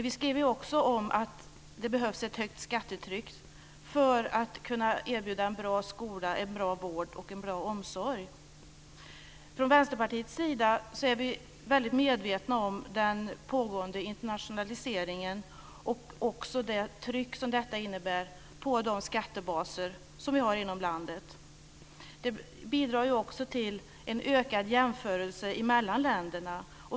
Vi framhåller också att det behövs ett högt skattetryck för att kunna erbjuda en bra skola, en bra vård och en bra omsorg. Vi är från Vänsterpartiets sida väldigt medvetna om den pågående internationaliseringen liksom om det tryck som den utövar på de skattebaser som vi har i vårt land. Den bidrar också till en ökad jämförelse mellan länderna.